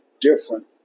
different